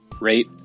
rate